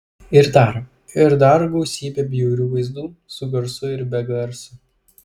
ir dar ir dar gausybę bjaurių vaizdų su garsu ir be garso